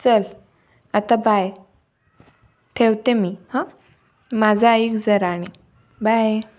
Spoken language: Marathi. चल आता बाय ठेवते मी हं माझा ऐक जरा आणि बाय